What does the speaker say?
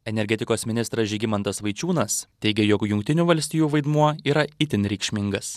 energetikos ministras žygimantas vaičiūnas teigė jog jungtinių valstijų vaidmuo yra itin reikšmingas